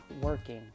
working